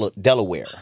Delaware